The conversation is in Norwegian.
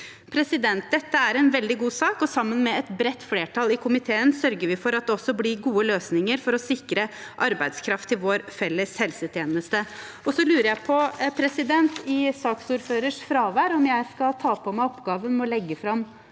Dette er en veldig god sak, og sammen med et bredt flertall i komiteen sørger vi for at det også blir gode løsninger for å sikre arbeidskraft til vår felles helsetjeneste. Så lurer jeg på om jeg i saksordførerens fravær skal ta på meg oppgaven med å legge fram